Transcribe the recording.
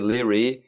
Leary